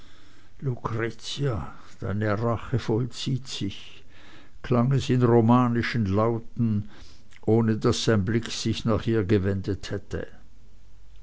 deine rache vollzieht sich klang es in romanischen lauten ohne daß sein blick sich nach ihr gewendet hätte